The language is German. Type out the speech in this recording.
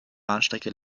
bahnstrecke